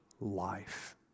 life